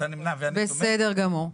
בסדר גמור.